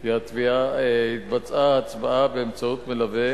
כי התבצעה הצבעה באמצעות מלווה